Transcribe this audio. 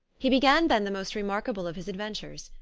he began then the most remarkable of his ad ventures.